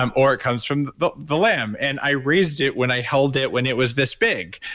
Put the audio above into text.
um or it comes from the the lamb and i raised it when i held it when it was this big.